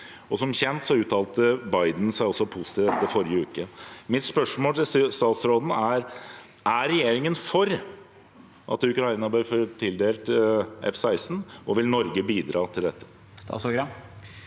som kjent uttalte Biden seg positivt i forrige uke. Mitt spørsmål til statsråden er: Er regjeringen for at Ukraina bør få tildelt F-16, og vil Norge bidra til dette?